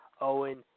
Owen